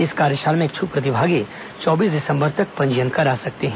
इस कार्यशाला में इच्छुक प्रतिभागी चौबीस दिसंबर तक पंजीयन करा सकते हैं